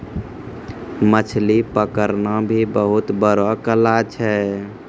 मछली पकड़ना भी बहुत बड़ो कला छै